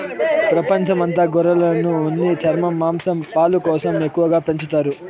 ప్రపంచం అంత గొర్రెలను ఉన్ని, చర్మం, మాంసం, పాలు కోసం ఎక్కువగా పెంచుతారు